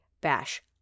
bash